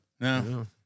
no